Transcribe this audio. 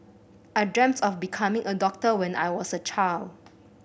I dreamed of becoming a doctor when I was a child